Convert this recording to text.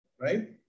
right